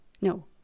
no